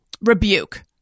rebuke